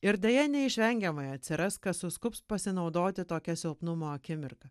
ir deja neišvengiamai atsiras kas suskubs pasinaudoti tokia silpnumo akimirka